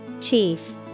Chief